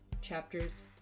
chapters